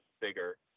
bigger